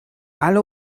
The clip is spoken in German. alle